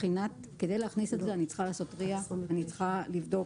כדי להכניס את זה אני צריכה לעשות --- אני צריכה לבדוק